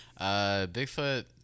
Bigfoot